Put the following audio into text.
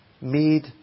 made